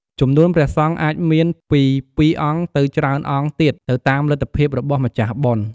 ចំនួនព្រះសង្ឃអាចមានពី ២ អង្គ ទៅច្រើនអង្គទៀត ទៅតាមលទ្ធភាពរបស់ម្ចាស់បុណ្យ។